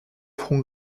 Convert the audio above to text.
front